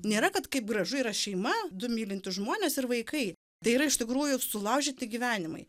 nėra kad kaip gražu yra šeima du mylintys žmonės ir vaikai tai yra iš tikrųjų sulaužyti gyvenimai